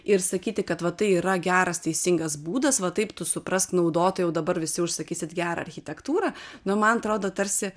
ir sakyti kad va tai yra geras teisingas būdas va taip tu suprask naudotojau dabar visi užsakysit gerą architektūrą nu man atrodo tarsi